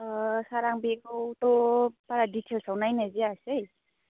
ओ सार आं बेखौथ' बारा डिटेल्सआव नायनाय जायासै